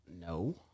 No